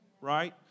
right